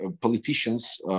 politicians